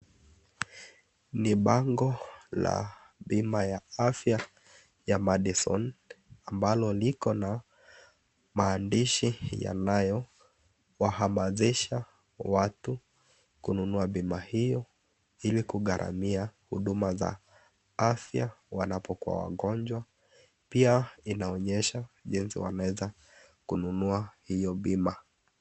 Ni bango la bima ya afya ya Madison ambalo liko na maandishi yanayo wahamazisha watu kununuwa bima hiyo ili kugaramia huduma za afya wanapokuwa wagonjwa. Pia inaonyesha jensi wanaeza kununua hiyo bima.